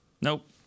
Nope